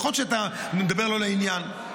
יכול להיות שאתה מדבר לא לעניין,